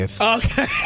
Okay